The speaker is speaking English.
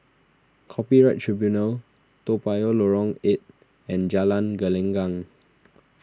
Copyright Tribunal Toa Payoh Lorong eight and Jalan Gelenggang